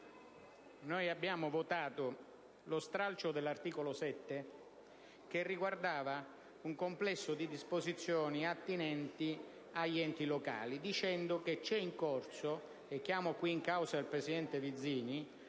Abbiamo votato lo stralcio dell'articolo 7, che riguardava un complesso di disposizioni attinenti agli enti locali, dicendo che è in corso - e chiamo qui in causa il presidente Vizzini